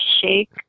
shake